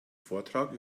vortrag